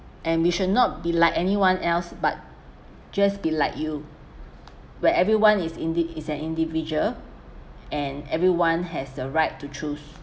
and we should not be like anyone else but just be like you where everyone is indeed is an individual and everyone has the right to choose